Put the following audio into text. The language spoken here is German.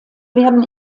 werden